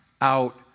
out